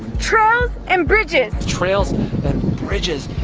trails and bridges. trails and bridges.